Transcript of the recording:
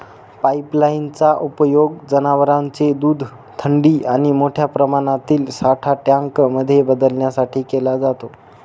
pipeline चा उपयोग जनवरांचे दूध थंडी आणि मोठ्या प्रमाणातील साठा टँक मध्ये बदलण्यासाठी केला जातो